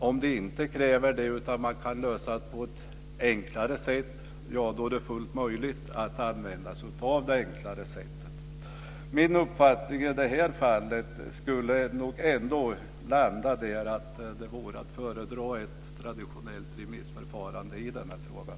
Om det inte kräver ett remissförfarande, utan det kan lösas på ett enklare sätt, är det fullt möjligt att använda sig av det enklare sättet. Min uppfattning i det här fallet landar på att det vore att föredra ett traditionellt remissförfarande i frågan.